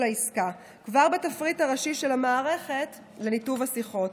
עסקה כבר בתפריט הראשי של המערכת לניתוב השיחות,